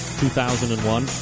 2001